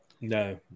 No